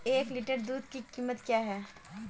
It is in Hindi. एक लीटर दूध की कीमत क्या है?